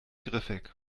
griffig